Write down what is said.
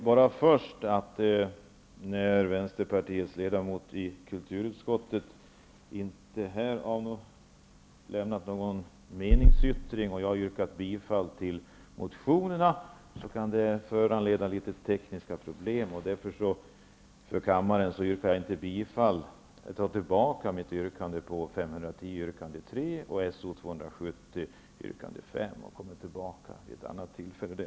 Herr talman! När vänsterpartiets ledamot i kulturutskottet inte har avgivit någon meningsyttring här och jag har yrkat bifall till motionerna, kan det föranleda litet tekniska problem för kammaren. Därför tar jag tillbaka mitt yrkande om bifall till motionerna Kr510, yrkande 3, och So270, yrkande 5, och kommer tillbaka vid ett annat tillfälle.